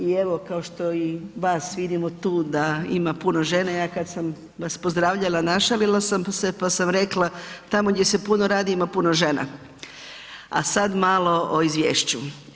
I evo kao što i vas vidimo tu da ima puno žena, ja kada sam vas pozdravljala našalila sam se, pa sam rekla: „Tamo gdje se puno radi ima puno žena.“ A sada malo o Izvješću.